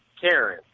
Karen